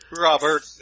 Robert